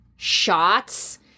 shots